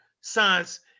science